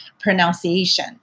pronunciation